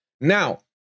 Now